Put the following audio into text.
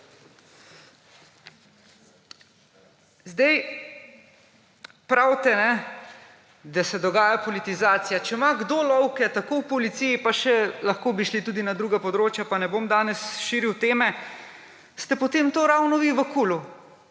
Zdaj, pravite, da se dogaja politizacija. Če ima kdo lovke tako v policiji – pa še lahko bi šli tudi na druga področja, pa ne bom danes širil teme –, ste potem to ravno vi v KUL